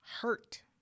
hurt